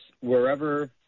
wherever